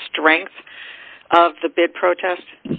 the strength of the big protest